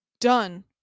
done